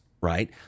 right